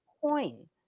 coin